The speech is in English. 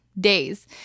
days